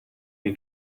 wie